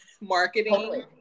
marketing